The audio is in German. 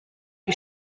wie